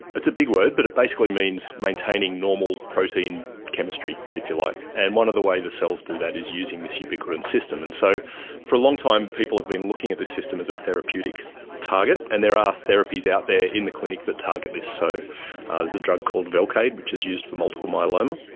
it's a big word but it basically means maintaining normal protein chemistry, if you like. and one of the ways the cells do that is using this ubiquitin system. and so for a long time people have been looking at this system as a therapeutic target, and there are therapies out there in the clinic that target this. so there's a drug called velcade which is used for multiple myeloma,